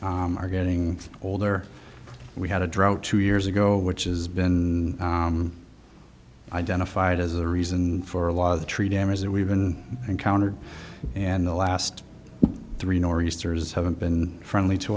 are getting older we had a drought two years ago which is been identified as a reason for a lot of the tree damage that we've been encountered and the last three nor'easters haven't been friendly to